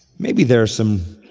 maybe there are some